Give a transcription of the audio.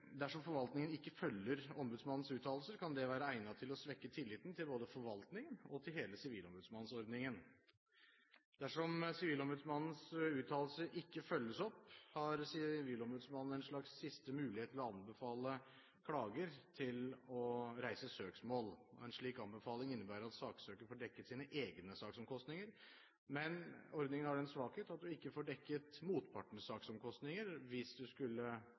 Dersom forvaltningen ikke følger ombudsmannens uttalelser, kan det være egnet til å svekke tilliten både til forvaltningen og til hele sivilombudsmannsordningen. Dersom Sivilombudsmannens uttalelse ikke følges opp, har Sivilombudsmannen en slags siste mulighet til å anbefale klager å reise søksmål. En slik anbefaling innebærer at saksøker får dekket sine egne saksomkostninger, men ordningen har den svakhet at man ikke får dekket motpartens saksomkostninger hvis en skulle